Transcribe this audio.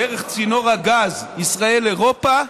דרך צינור הגז ישראל אירופה,